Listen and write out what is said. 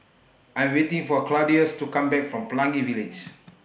I'm waiting For Claudius to Come Back from Pelangi Village